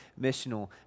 missional